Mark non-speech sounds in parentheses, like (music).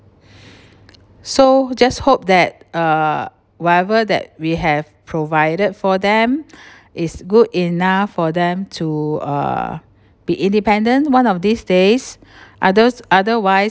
so just hope that uh whatever that we have provided for them (breath) is good enough for them to uh be independent one of these days other~ otherwise